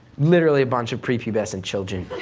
literally, a bunch of prepubescent children.